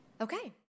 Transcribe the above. Okay